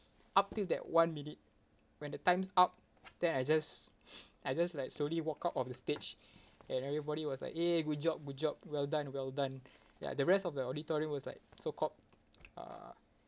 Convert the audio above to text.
up till that one minute when the time's up then I just I just like slowly walk out of the stage and everybody was like eh good job good job well done well done ya the rest of the auditorium was like so called uh